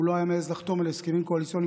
לא היה מעז לחתום על הסכמים קואליציוניים